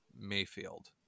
Mayfield